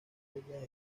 reglas